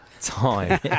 time